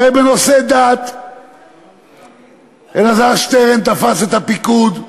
הרי בנושא דת אלעזר שטרן תפס את הפיקוד,